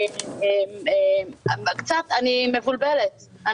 אני מבולבלת.